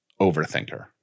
overthinker